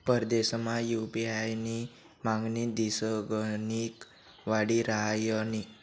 परदेसमा यु.पी.आय नी मागणी दिसगणिक वाडी रहायनी